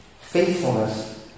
Faithfulness